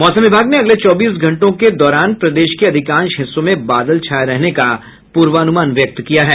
मौसम विभाग ने अगले चौबीस घंटे के दौरान प्रदेश के अधिकांश हिस्सों में बादल छाये रहने की पूर्वानुमान व्यक्त किया है